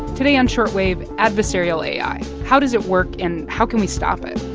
today on short wave, adversarial ai. how does it work? and how can we stop it?